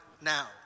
now